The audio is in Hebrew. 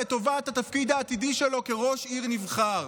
לטובת התפקיד העתידי שלו כראש עיר נבחר?